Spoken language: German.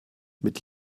mit